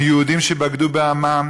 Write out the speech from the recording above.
מיהודים שבגדו בעמם,